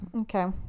Okay